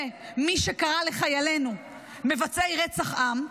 ומי שקרא לחיילינו "מבצעי רצח עם",